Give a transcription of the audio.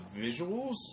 visuals